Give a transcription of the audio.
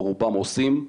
או רובם עושים,